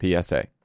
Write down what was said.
PSA